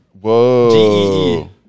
Whoa